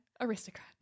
aristocrat